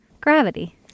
Gravity